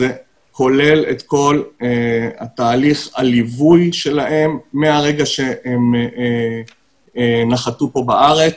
זה כולל את כל תהליך הליווי שלהם מהרגע שהם נחתו פה בארץ.